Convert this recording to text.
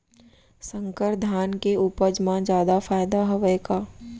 संकर धान के उपज मा जादा फायदा हवय का?